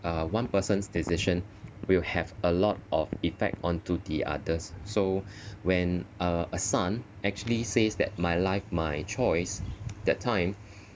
uh one person's decision will have a lot of effect onto the others so when uh a son actually says that my life my choice that time